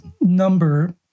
Number